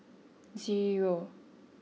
zero